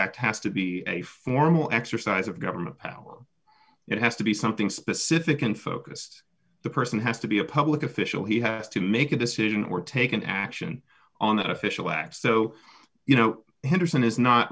act has to be a formal exercise of government power it has to be something specific and focused the person has to be a public official he has to make a decision or take an action on that official acts so you know hinders and is not